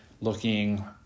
looking